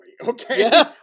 Okay